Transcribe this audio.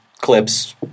Clips